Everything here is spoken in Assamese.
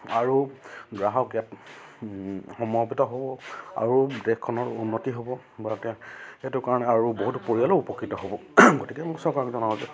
আৰু গ্ৰাহক ইয়াত হ'ব আৰু দেশখনৰ উন্নতি হ'ব বা কাৰণে আৰু বহুত পৰিয়ালেও উপকৃত হ'ব গতিকে মোৰ চৰকাৰৰ